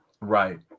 right